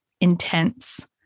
intense